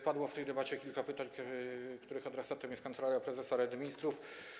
Padło w tej debacie kilka pytań, których adresatem jest Kancelaria Prezesa Rady Ministrów.